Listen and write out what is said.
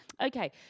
okay